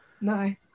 No